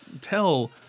Tell